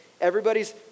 everybody's